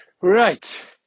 Right